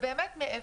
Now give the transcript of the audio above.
ובאמת מאפס,